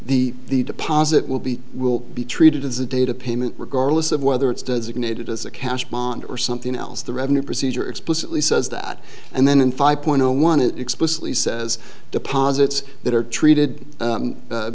the deposit will be will be treated as a data payment regardless of whether it's designated as a cash bond or something else the revenue procedure explicitly says that and then in five point one it explicitly says deposits that are treated